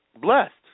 blessed